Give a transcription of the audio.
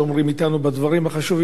אתנו בדברים החשובים האלה,